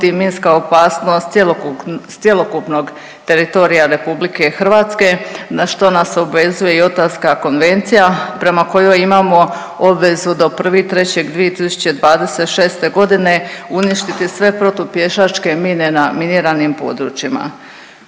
minska opasnost cjelokupnog teritorija RH, na što nas obvezuje i Otavska konvencija prema kojoj imamo obvezu do 1.3.2026. g. uništiti sve protupješačke mine na miniranim područjima.